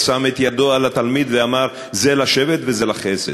שם את ידו על התלמיד ואמר: זה לשבט וזה לחסד,